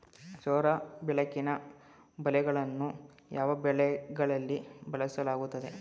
ಸೌರ ಬೆಳಕಿನ ಬಲೆಗಳನ್ನು ಯಾವ ಬೆಳೆಗಳಲ್ಲಿ ಬಳಸಲಾಗುತ್ತದೆ?